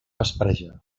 vespreja